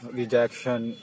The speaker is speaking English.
rejection